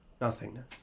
nothingness